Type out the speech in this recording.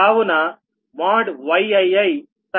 కావున Yiisin ii Bii